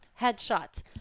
headshots